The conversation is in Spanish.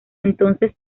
entonces